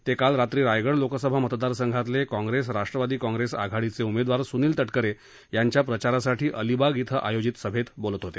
ते काल रात्री रायगड लोकसभा मतदार सद्यातले काँप्रेस राष्ट्रवादी काँप्रेस आघाडीचे उमेदवार सुनील तटकरे याछ्वा प्रचारासाठी अलिबाग इथाआयोजित सभेत बोलत होते